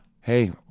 Hey